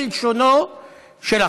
כלשונו של החוק,